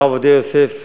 הרב עובדיה יוסף,